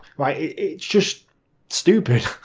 right, it's just stupid.